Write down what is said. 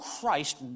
Christ